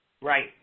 Right